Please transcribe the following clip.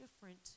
different